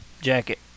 jacket